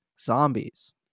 zombies